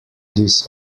this